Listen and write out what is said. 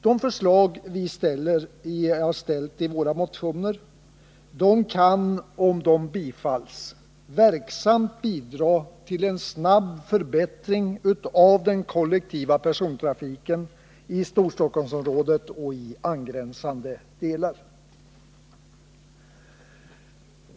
De förslag vi ställt i våra motioner kan, om de bifalls, verksamt bidra till en snabb förbättring av den kollektiva persontrafiken i Storstockholmsområdet och angränsande delar.